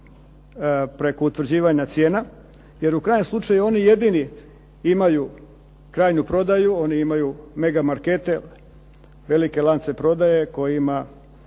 preko utvrđivanja cijena, jer u krajnjem slučaju oni jedini imaju krajnju prodaju, oni imaju mega markete, velike lance prodaje kojima